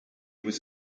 was